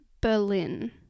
Berlin